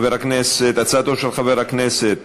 הצעתו של חבר הכנסת,